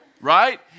right